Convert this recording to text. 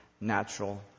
natural